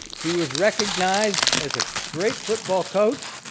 he was recognized as a great football coach,